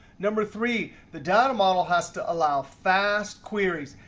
number three, the data model has to allow fast queries.